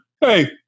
hey